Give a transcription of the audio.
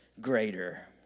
Greater